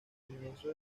comienzo